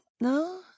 no